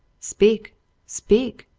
speak speak!